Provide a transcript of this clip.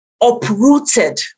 uprooted